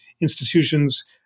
institutions